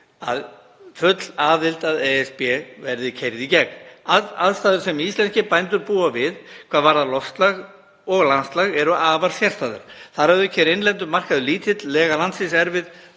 að full aðild að ESB verði keyrð í gegn, aðstæður sem íslenskir bændur búa við hvað varðar loftslag og landslag eru afar sérstæðar. Þar að auki er innlendur markaður lítill, lega landsins erfið